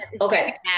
Okay